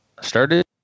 started